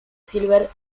silver